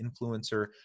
influencer